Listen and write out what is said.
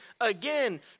again